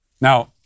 Now